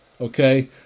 Okay